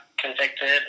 convicted